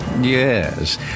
Yes